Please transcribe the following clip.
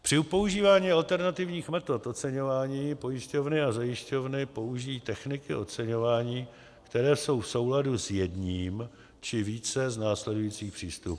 Při používání alternativních metod oceňování pojišťovny a zajišťovny použijí techniky oceňování, které jsou v souladu s jedním či více z následujících přístupů: